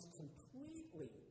completely